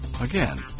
again